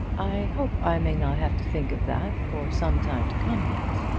i hope i may not have to think of that for some time to come yet.